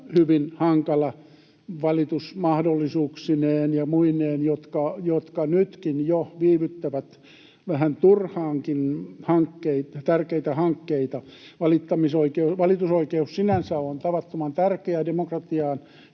hyvin hankala valitusmahdollisuuksineen ja muineen, jotka nytkin jo viivyttävät vähän turhaankin tärkeitä hankkeita. Valitusoikeus sinänsä on tavattoman tärkeä demokratiaan